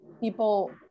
people